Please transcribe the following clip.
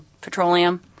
petroleum